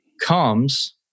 comes